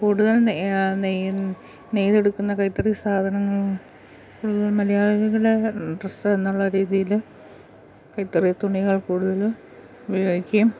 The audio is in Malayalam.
കൂടുതൽ നെയ്യിൽ നിന്ന് നെയ്തെടുക്കുന്ന കൈത്തറി സാധനങ്ങൾ മലയാളികളുടെ ഡ്രസ്സ് എന്നുള്ള രീതിയിൽ കൈത്തറി തുണികൾ കൂടുതലും ഉപയോഗിക്കുകയും